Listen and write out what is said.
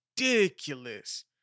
ridiculous